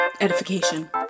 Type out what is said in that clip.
edification